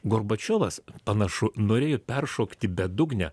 gorbačiovas panašu norėjo peršokti bedugnę